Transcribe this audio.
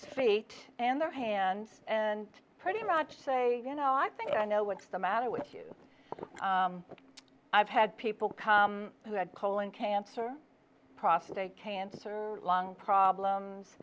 speak and their hands and pretty much say you know i think i know what's the matter with you i've had people come who had colon cancer prostate cancer lung problems